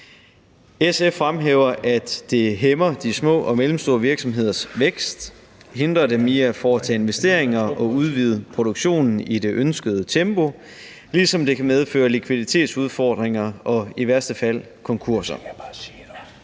SF fremhæver, at det hæmmer de små og mellemstore virksomheders vækst og hindrer dem i at foretage investeringer og udvide produktionen i det ønskede tempo, ligesom det kan medføre likviditetsudfordringer og i værste fald konkurser.